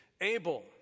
Abel